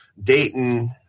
Dayton